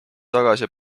tagasi